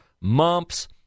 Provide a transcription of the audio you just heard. mumps